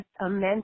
immense